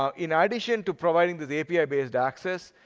um in ah addition to providing the the api based access,